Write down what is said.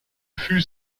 fut